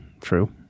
true